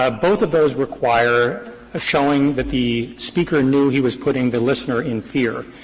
ah both of those require ah showing that the speaker knew he was putting the listener in fear.